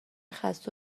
خسته